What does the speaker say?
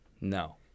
No